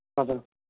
हजुर